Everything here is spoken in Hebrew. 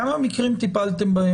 בכמה מקרים טיפלתם?